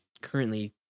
currently